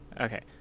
Okay